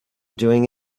doing